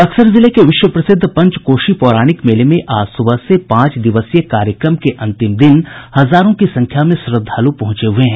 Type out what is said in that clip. बक्सर जिले के विश्व प्रसिद्ध पंचकोशी पौराणिक मेले में आज सुबह से पांच दिवसीय कार्यक्रम के अंतिम दिन हजारों की संख्या में श्रद्धालु पहुंचे हुए हैं